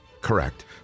Correct